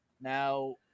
now